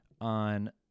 on